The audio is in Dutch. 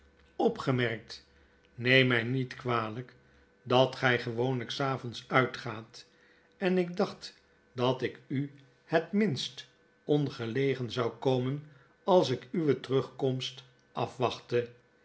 opgemerkt neem my niet kwalyk dat gy gewoonlyk s avonds uitgaat en ik dacht dat ik u het minst ongelegen zou komen als ik uwe terugkomst afwachtte